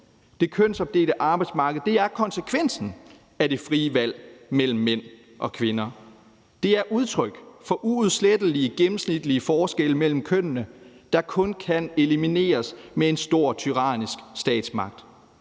Det kønsopdelte arbejdsmarked er konsekvensen af det frie valg mellem mænd og kvinder. Det er udtryk for uudslettelige gennemsnitlige forskelle mellem kønnene, der kun kan elimineres med en stor, tyrannisk statsmagt.